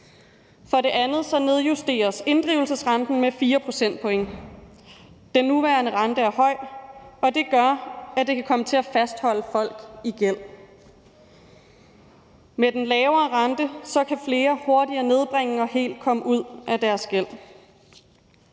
For det andet nedjusteres inddrivelsesrenten med 4 procentpoint. Den nuværende rente er høj, og det gør, at det kan komme til at fastholde folk i gæld. Med den lavere rente kan flere hurtigere nedbringe og helt komme ud af deres gæld.